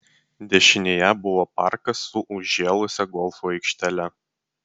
dešinėje buvo parkas su užžėlusia golfo aikštele